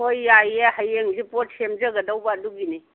ꯍꯣꯏ ꯌꯥꯏꯌꯦ ꯍꯌꯦꯡꯖꯦ ꯄꯣꯠ ꯁꯦꯝꯖꯒꯗꯧꯕ ꯑꯗꯨꯒꯤꯅꯤ